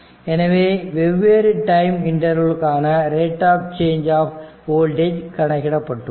எனவே வெவ்வேறு டைம் இன்டர்வல்கான rate of change of voltage கணக்கிடப்பட்டுள்ளது